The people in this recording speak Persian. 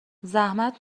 زحمت